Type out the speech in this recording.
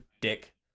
dick